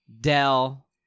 Dell